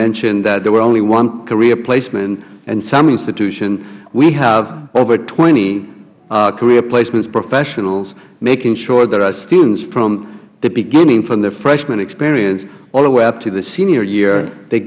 mentioned that there were only one career placement at some institutions we have over twenty career placement professionals making sure that our students from the beginning from their freshman experience all the way up to their senior year